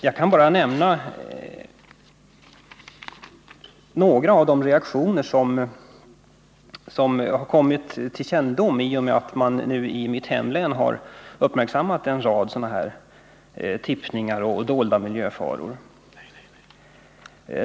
Jag kan bara nämna några av de reaktioner som kommit till min kännedom i och med att man i mitt hemlän har uppmärksammat en rad sådana här tippningar och dolda miljöfaror.